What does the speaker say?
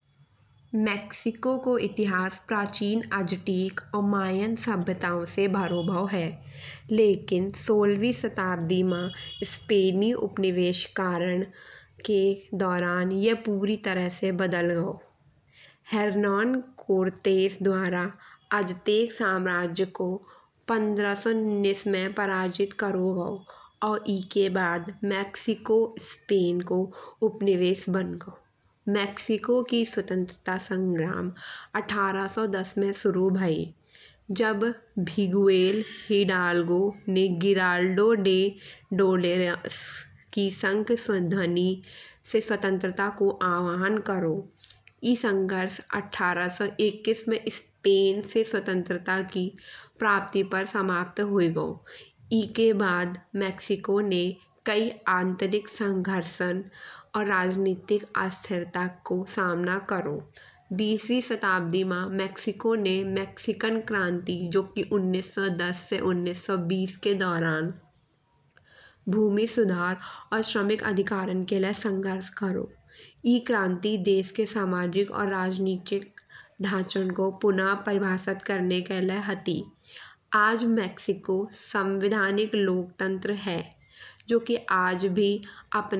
मेक्सिको को इतिहास प्राचीन उमायान सभ्यताओं से भरौ भायो है। लकिन सोलहवीं शताब्दी मा स्पैनी उपनिवेश करण ये पूरी तरह से बदल गाओ। हर्नोन कॉर्तेश दुआरा अजतेय साम्राज्य को पंद्रह सौ उन्नेस में पराजित करौ गाओ। और एके बाद मैक्सिको स्पैन को उपनिवेश बन गाओ। मैक्सिको की स्वतंत्रता संग्राम अट्ठारह सौ दस में शुरु भयी। जब भिगुवेल हिदालगो निग्राल्डो से स्वतंत्रता को आह्वान करौ। ई संघर्ष अट्ठारह सौ इक्कीस स्पैन ते स्वतंत्रता की प्राप्ति पर समाप्त हुई गाओ। एके बाद मैक्सिको ने कई आंतरिक संघर्षन और राजनैतिक अस्थिरिता को सामना करौ। बीसवीं शताब्दी मा मैक्सिको ने मैक्सिकन क्रांति जो उन्नेस सौ दस से उन्नेस सौ बीस के दौरान भूमि सुधार और श्रमिक अधिकारन के लाए संघर्ष करयो। ई क्रांति देश के सामाजिक और राजनैतिक ढांचा को पुनः परिभाषित के लाए हती। आज मैक्सिको संविधानिक लोकतंत्र है। जो की आज भी अपने ऐतिहासिक संघर्षन के परिणाम स्वरूप बढ़त भयी राजनैतिक स्थिरिता और विकास को सामना कर राओ हेगो।